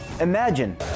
Imagine